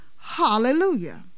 Hallelujah